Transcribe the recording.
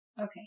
Okay